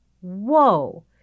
Whoa